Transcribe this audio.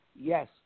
yes